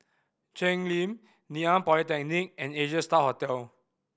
Cheng Lim Ngee Ann Polytechnic and Asia Star Hotel